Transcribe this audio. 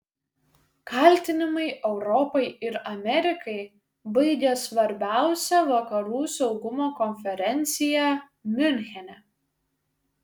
kaltinimai europai ir amerikai baigia svarbiausią vakarų saugumo konferenciją miunchene